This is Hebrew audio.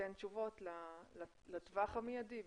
שתיתן תשובות לטווח המיידי בוודאי.